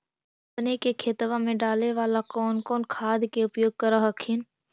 अपने के खेतबा मे डाले बाला कौन कौन खाद के उपयोग कर हखिन?